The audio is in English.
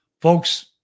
Folks